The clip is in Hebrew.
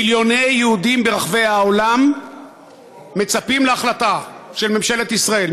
מיליוני יהודים ברחבי העולם מצפים להחלטה של ממשלת ישראל,